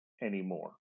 anymore